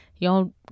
y'all